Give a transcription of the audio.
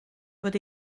bod